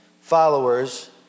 followers